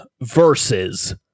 versus